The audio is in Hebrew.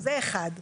זה אחד.